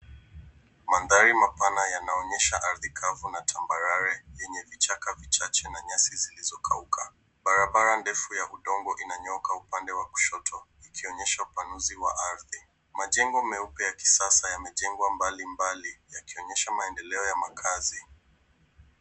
Mandhari mapana yanaonyesha ardhi kavu na tambarare yenye vichaka vichache na nyasi zilizokauka. Barabara ndefu ya udongo inanyooka upande wa kushoto ikionyesha upanuzi wa ardhi. Majengo meupe ya kisasa yamejengwa mbali yakionyesha maendeleo ya makazi.